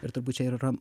ir turbūt čia ir yra